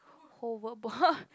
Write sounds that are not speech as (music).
whole workbook (laughs)